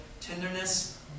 tenderness